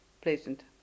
pleasant